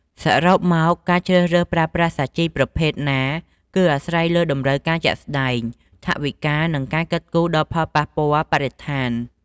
សរុបមក ការជ្រើសរើសប្រើប្រាស់សាជីប្រភេទណា គឺអាស្រ័យលើតម្រូវការជាក់ស្តែង ថវិកា និងការគិតគូរដល់ផលប៉ះពាល់បរិស្ថាន។